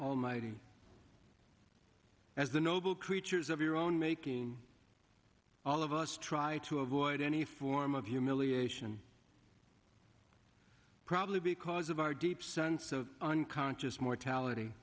almighty as the noble creatures of your own making all of us try to avoid any form of humiliation probably because of our deep sense of unconscious mortality